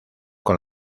con